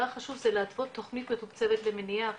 החשוב זה להתוות תכנית מתוקצבת למניעה,